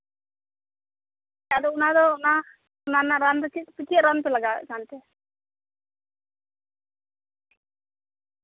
ᱟᱫᱚ ᱚᱱᱟ ᱫᱚ ᱚᱱᱟ ᱨᱮᱭᱟᱜ ᱨᱟᱱ ᱫᱚ ᱪᱮᱫ ᱨᱟᱱ ᱠᱚᱯᱮ ᱞᱟᱜᱟᱣᱮᱫ ᱠᱟᱱ ᱛᱮ